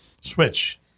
Switch